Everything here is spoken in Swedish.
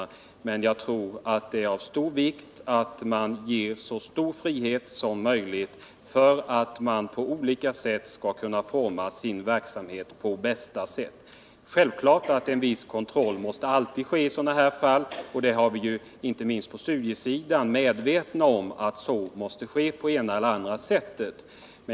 Jag tror det är mycket viktigt att det ges så stor frihet som möjligt för att man skall kunna forma sin verksamhet på bästa sätt. Självfallet måste en viss kontroll göras i sådana här fall, och vi har inte minst på studiesidan varit medvetna om detta.